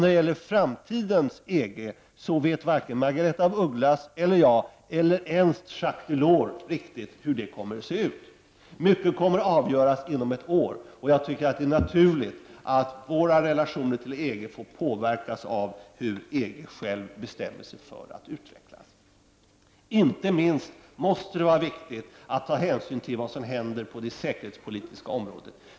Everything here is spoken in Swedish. Riktigt hur framtidens EG kommer att se ut vet varken Margaretha af Ugglas eller jag eller ens Jacques Delors. Mycket kommer att avgöras inom ett år, och jag tycker att det är naturligt att våra relationer till EG får påverkas av hur EG självt bestämmer sig för att utvecklas. Inte minst måste det vara viktigt att ta hänsyn till vad som händer på det säkerhetspolitiska området.